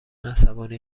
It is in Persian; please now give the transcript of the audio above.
عصبانی